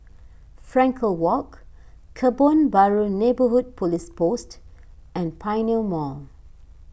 Frankel Walk Kebun Baru Neighbourhood Police Post and Pioneer Mall